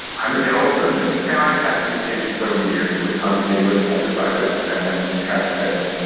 i'm a general surgeon, and i've had a few patients over the years who've come to me with appendicitis and have said,